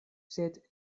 sed